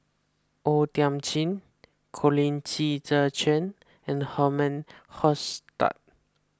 O Thiam Chin Colin Qi Zhe Quan and Herman Hochstadt